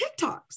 TikToks